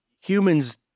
humans